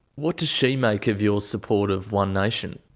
what does she make of your support of one nation?